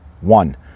One